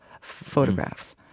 photographs